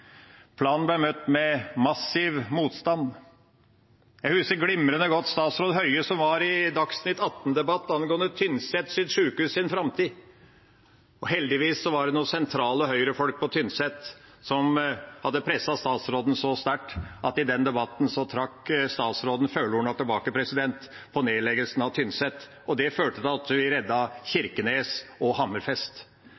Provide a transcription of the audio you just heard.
Planen ble møtt med massiv motstand. Jeg husker glimrende godt statsråd Høie som var i Dagsnytt 18-debatt angående Tynset sjukehus’ framtid. Heldigvis var det noen sentrale Høyre-folk på Tynset som hadde presset statsråden så sterkt at i den debatten trakk statsråden følehorna tilbake når det gjaldt nedleggelsen av Tynset sjukehus, og det førte til at vi